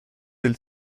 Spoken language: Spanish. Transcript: del